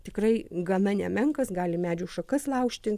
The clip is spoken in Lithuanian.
tikrai gana nemenkas gali medžių šakas laužti